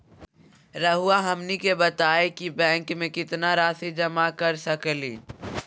रहुआ हमनी के बताएं कि बैंक में कितना रासि जमा कर सके ली?